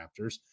Raptors